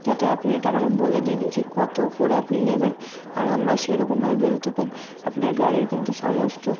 যাতে আপনি এটা আমাকে বলে দিন যে কত করে আপনি নেবেন আর আমরা সেরকমভাবে বেরোতে পারি আপনার গাড়ির কিন্তু সমস্ত